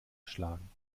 schlagen